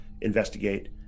investigate